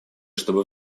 чтобы